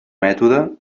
mètode